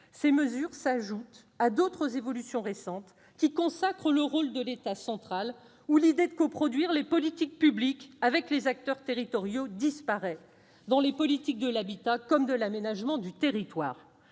ces mesures s'ajoutent à d'autres évolutions récentes qui consacrent le retour de l'État central et où l'idée de coproduire les politiques publiques avec les acteurs territoriaux disparaît, qu'il s'agisse des politiques de l'habitat ou de l'aménagement du territoire.